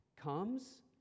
comes